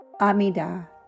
Amida